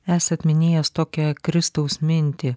esat minėjęs tokią kristaus mintį